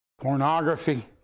Pornography